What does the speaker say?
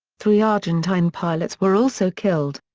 three argentine pilots were also killed.